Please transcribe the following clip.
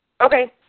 okay